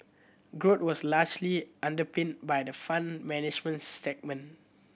growth was largely underpinned by the Fund Management segment